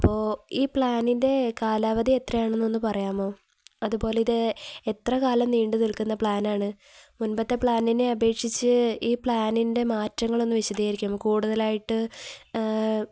അപ്പോള് ഈ പ്ലാനിൻ്റെ കാലാവധി എത്രയാണെന്നൊന്നു പറയാമോ അതുപോലെ ഇത് എത്ര കാലം നീണ്ടു നിൽക്കുന്ന പ്ലാനാണ് മുൻപത്തെ പ്ലാനിനെ അപേക്ഷിച്ച് ഈ പ്ലാനിൻ്റെ മാറ്റങ്ങളൊന്നു വിശദീകരിക്കുമോ കൂടുതലായിട്ട്